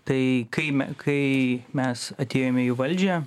tai kai me kai mes atėjome į valdžią